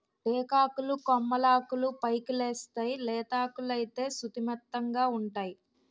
టేకాకులు కొమ్మలాకులు పైకెలేస్తేయ్ లేతాకులైతే సుతిమెత్తగావుంటై